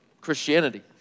Christianity